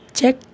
Check